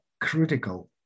critical